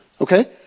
okay